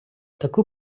таку